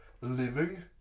living